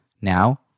Now